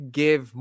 give